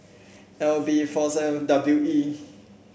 L B four seven W E